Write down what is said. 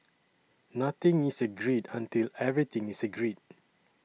nothing is agreed until everything is agreed